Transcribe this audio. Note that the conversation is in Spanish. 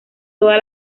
toda